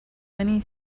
many